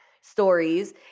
stories